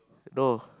no